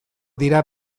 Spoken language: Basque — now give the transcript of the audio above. dira